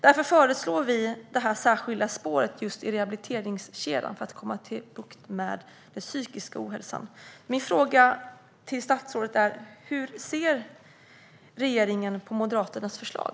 Därför föreslår vi det särskilda spåret i rehabiliteringskedjan - för att vi ska få bukt med just den psykiska ohälsan. Min fråga till statsrådet är: Hur ser regeringen på Moderaternas förslag?